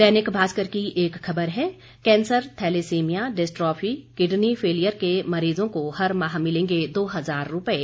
दैनिक भास्कर की एक खबर है cancer thalassemia dystrophy kidney failure के मरीजों को हर माह मिलेंगे दो हजार रूपये